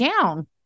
down